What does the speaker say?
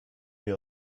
wir